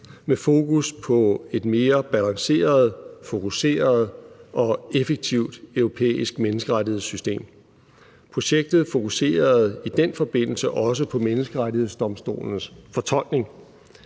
med fokus på et mere balanceret, fokuseret og effektivt europæisk menneskerettighedssystem. Projektet fokuserede i den forbindelse også på Menneskerettighedsdomstolen fortolkning.